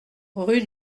rue